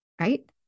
right